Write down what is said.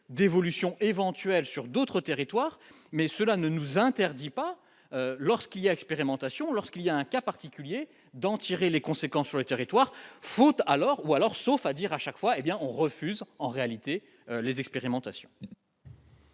d'évolution éventuelle sur d'autres territoires, mais cela ne nous interdit pas lorsqu'il y a expérimentation lorsqu'il y a un cas particulier d'en tirer les conséquences sur le territoire faute alors ou alors sauf à dire à chaque fois, hé bien on refuse en réalité les expérimentations.